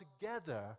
together